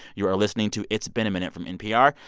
you are listening to it's been a minute from npr.